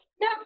No